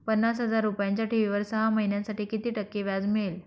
पन्नास हजार रुपयांच्या ठेवीवर सहा महिन्यांसाठी किती टक्के व्याज मिळेल?